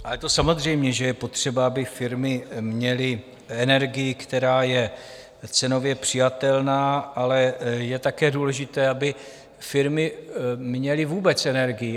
Ale to samozřejmě, že je potřeba, aby firmy měly energii, která je cenově přijatelná, ale je také důležité, aby firmy měly vůbec energii.